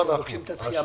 שמבקשים את הדחייה?